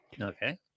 Okay